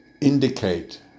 indicate